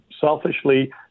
selfishly